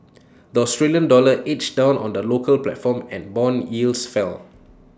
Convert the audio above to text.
the Australian dollar edged down on the local platform and Bond yields fell